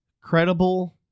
credible